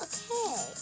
Okay